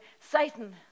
Satan